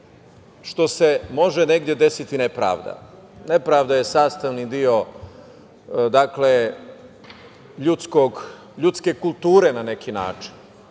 što se može negde desiti nepravda. Nepravda je sastavni deo ljudske kulture na neki način